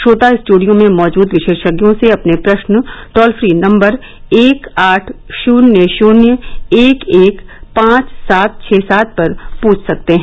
श्रोता स्टूडियो में मौजूद विशेषज्ञों से अपने प्रश्न टोल फ्री नम्बर एक आठ शुन्य शुन्य एक एक पांच सात छः सात पर पूछ सकते हैं